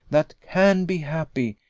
that can be happy,